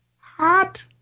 Hot